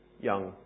young